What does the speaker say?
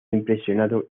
impresionado